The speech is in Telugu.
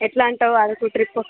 ఎలా అంటావు అరకు ట్రిప్